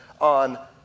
on